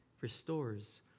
restores